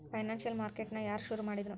Financial market ನ ಯಾರ್ ಶುರುಮಾಡಿದ್ರು?